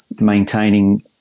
maintaining